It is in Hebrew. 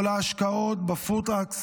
כל ההשקעות בפוד טראקס